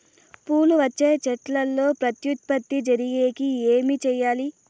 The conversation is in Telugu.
పూలు వచ్చే చెట్లల్లో ప్రత్యుత్పత్తి జరిగేకి ఏమి చేయాలి?